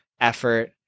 effort